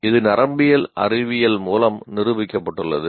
இது நரம்பியல் அறிவியல் மூலம் நிரூபிக்கப்பட்டுள்ளது